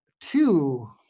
two